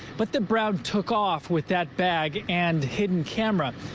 but that brown took off with that bag and hidden camera.